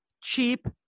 Cheap